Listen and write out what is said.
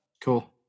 Cool